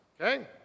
Okay